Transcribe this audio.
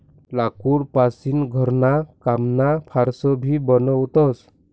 लाकूड पासीन घरणा कामना फार्स भी बनवतस